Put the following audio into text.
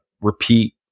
repeat